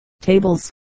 tables